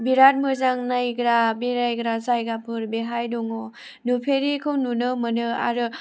बिराद मोजां नायग्रा बेरायग्रा जायगाफोर बेहाय दङ नुफेरिखौ नुनो मोनो आरो